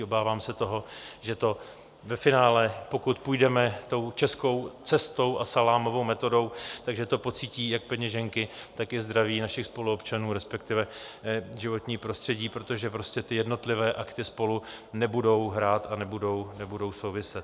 Obávám se toho, že to ve finále, pokud půjdeme českou cestou a salámovou metodou, tak že to pocítí jak peněženky, tak i zdraví našich spoluobčanů, respektive životní prostředí, protože prostě ty jednotlivé akty spolu nebudou hrát a nebudou souviset.